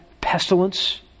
pestilence